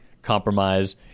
compromise